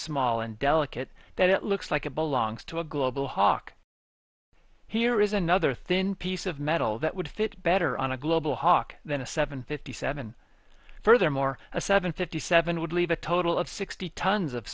small and delicate that it looks like it belongs to a global hawk here is another thin piece of metal that would fit better on a global hawk than a seven fifty seven furthermore a seven fifty seven would leave a total of sixty tons of